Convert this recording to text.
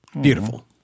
Beautiful